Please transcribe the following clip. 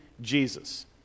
Jesus